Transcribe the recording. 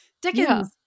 Dickens